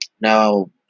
Now